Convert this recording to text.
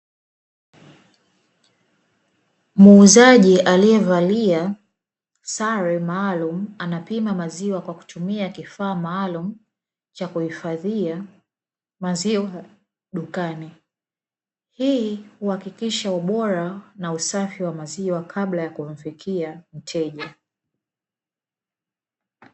Muuzaji aliyevalia sare maalumu anapima maziwa kwa kutumia kifaa maalumu cha kuhifadhia maziwa dukani, hii huhakikisha ubora na usafi wa maziwa kabla ya kumfikia mteja.